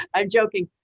i'm joking,